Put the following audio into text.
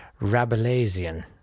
Rabelaisian